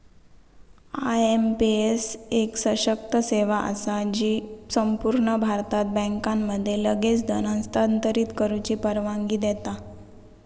IMPS एक सशक्त सेवा असा जी संपूर्ण भारतात बँकांमध्ये लगेच धन हस्तांतरित करुची परवानगी देता